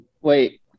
Wait